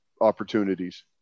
opportunities